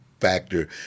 factor